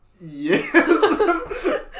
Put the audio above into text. Yes